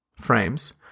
frames